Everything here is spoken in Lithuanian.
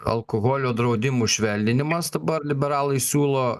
alkoholio draudimų švelninimas dabar liberalai siūlo